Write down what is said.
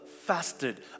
fasted